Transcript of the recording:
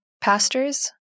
pastors